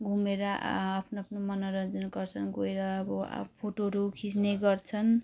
घुमेर आआफ्नो आफ्नो मनोरञ्जन गर्छ गएर अब आफ अब फोटोहरू खिच्ने गर्छन्